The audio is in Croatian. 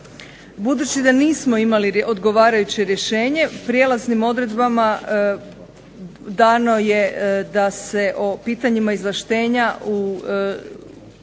Budući da nismo imali odgovarajuće rješenje prijelaznim odredbama dalo je da se o pitanjima izvlaštenja